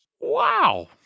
Wow